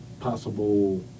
possible